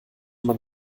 man